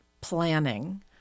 planning